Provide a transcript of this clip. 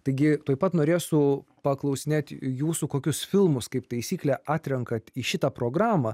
taigi taip pat norėtų paklausinėti jūsų kokius filmus kaip taisyklė atrenkate į šitą programą